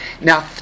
Now